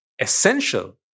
essential